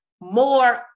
more